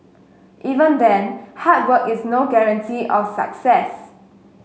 even then hard work is no guarantee of success